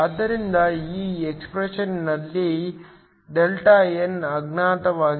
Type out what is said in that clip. ಆದ್ದರಿಂದ ಈ ಎಕ್ಸ್ಪ್ರೆಶನ್ ನಲ್ಲಿ Δn ಅಜ್ಞಾತವಾಗಿದೆ